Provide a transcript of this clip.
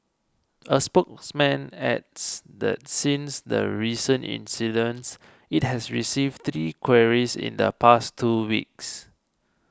a spokesman adds that since the recent incidents it has received three queries in the past two weeks